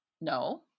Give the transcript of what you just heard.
No